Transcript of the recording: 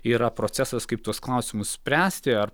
yra procesas kaip tuos klausimus spręsti ar